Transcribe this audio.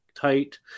tight